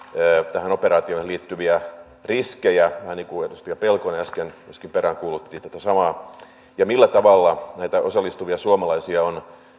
tähän operaatioon liittyviä riskejä vähän niin kuin edustaja pelkonen äsken myöskin peräänkuulutti tätä samaa ja millä tavalla näitä osallistuvia suomalaisia on